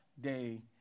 day